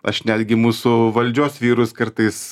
aš netgi mūsų valdžios vyrus kartais